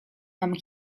mam